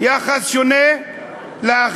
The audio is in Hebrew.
יחס שונה לאחר.